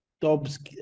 Dobbs